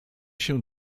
się